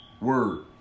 Word